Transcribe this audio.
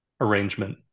arrangement